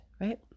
right